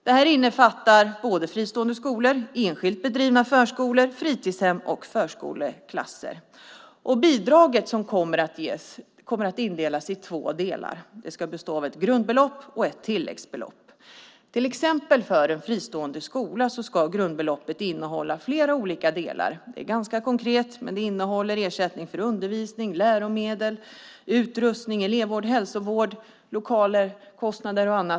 Det här innefattar fristående skolor, enskilt bedrivna förskolor, fritidshem och förskoleklasser. Det bidrag som kommer att ges indelas i två delar. Det ska bestå av ett grundbelopp och ett tilläggsbelopp. För en fristående skola, till exempel, ska grundbeloppet innehålla flera olika delar. Det är ganska konkret, men det innehåller ersättning för undervisning, läromedel, utrustning, elevvård, hälsovård, lokaler, kostnader och annat.